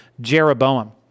Jeroboam